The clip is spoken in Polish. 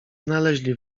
znaleźli